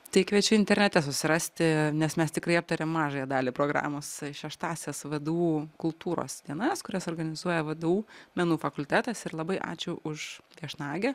tai kviečiu internete susirasti nes mes tikrai aptarėm mažąją dalį programos šeštąsias vdu kultūros dienas kurias organizuoja vdu menų fakultetas ir labai ačiū už viešnagę